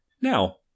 Now